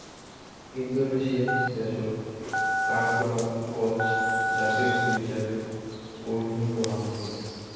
Indonesia দ্যাশত কাঠগোলাপ গছ জাতীয় ফুল হিসাবে গইণ্য করাং হই